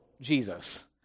Jesus